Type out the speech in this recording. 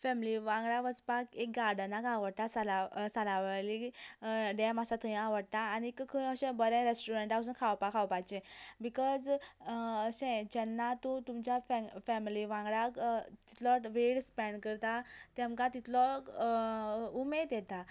family वांगडा वचपाक एक गार्डनाक आवडटा साला सालावली डॅम आसा थंय आवडटा आनी खंय अशें बऱ्या रेस्टोरंटांत वचून खावपाक खावपाचें बिकॉज अशें जेन्ना तूं तुमच्या फॅमिली वांगडा तितलो वेळ स्पँड करता तेमकां तितलो उमेद येता